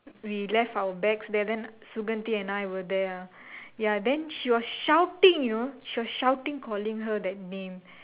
we left our bags there then Suganthi and I were there ah ya then she was shouting you know she was shouting calling her that name